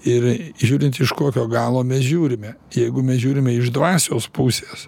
ir žiūrint iš kokio galo mes žiūrime jeigu mes žiūrime iš dvasios pusės